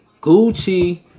Gucci